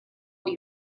will